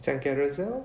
macam carousel